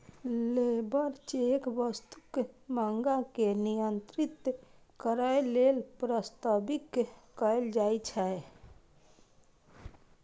labour check वस्तुक मांग के नियंत्रित करै लेल प्रस्तावित कैल जाइ छै